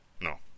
No